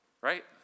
Right